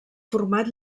format